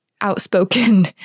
outspoken